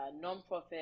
non-profit